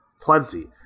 plenty